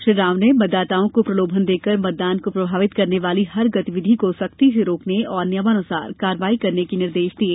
श्री राव ने मतदाताओं को प्रलोभन देकर मतदान को प्रभावित करने वाली हर गतिविधि को सख्ती से रोकने और नियमानुसार कार्यवाही करने के निर्देश दिये